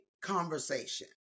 conversation